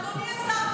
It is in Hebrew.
אדוני השר,